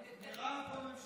חבר הכנסת רם בן ברק, בבקשה.